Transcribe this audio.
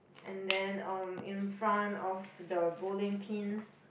and then um in front of the bowling pins